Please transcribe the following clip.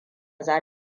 za